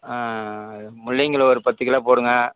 ஆ முள்ளங்கியில் ஒரு பத்து கிலோ போடுங்கள்